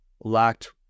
lacked